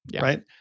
right